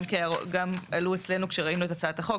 גם עלו אצלנו כשראינו את הצעת החוק,